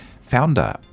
founder